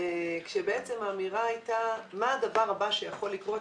כשבעצם האמירה הייתה מה הדבר הבא שיכול לקרות,